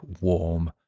warm